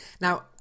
Now